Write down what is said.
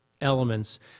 elements